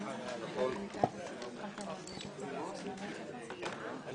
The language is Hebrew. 14:59.